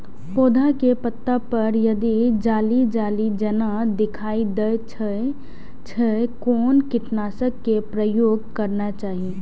पोधा के पत्ता पर यदि जाली जाली जेना दिखाई दै छै छै कोन कीटनाशक के प्रयोग करना चाही?